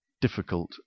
difficult